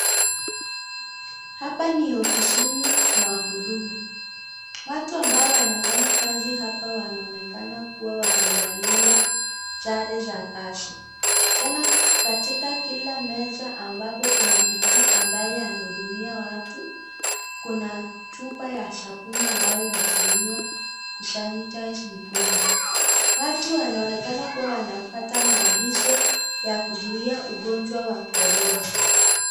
Hapa ni ofisi mean huduma , watu ambao wanafanya kazi hapa wanaonekana kuwa wamefalia sare za kazi, katika Kila meza ambapo kuna mtu ambaye anaudumia watu, Kuna chupa ya sabuni ambayo inatumiwa kusanitus mkono, watu wanaonekana kufuata maagizo ya kuzuia ugonjwa wa korona.